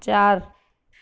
چار